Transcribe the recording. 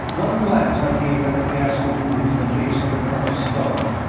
one glance i gave at the ghastly wound in the base of the colonel's skull,